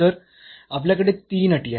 तर आपल्याकडे तीन अटी आहेत